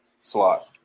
Slot